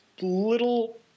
little